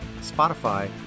Spotify